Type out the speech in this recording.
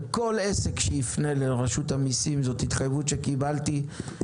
כל עסק שיפנה לרשות המיסים זו התחייבות שקיבלתי,